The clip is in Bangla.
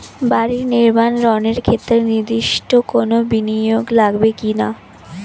বাড়ি নির্মাণ ঋণের ক্ষেত্রে নির্দিষ্ট কোনো বিনিয়োগ লাগবে কি না?